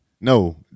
no